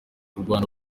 kurwanya